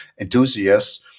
enthusiasts